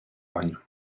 baño